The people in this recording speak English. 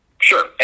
Sure